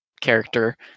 character